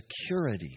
security